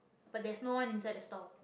but there's no one inside the store